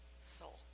soul